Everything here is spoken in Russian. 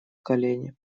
колени